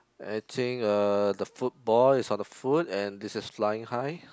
I think uh the football is on the foot and this is flying high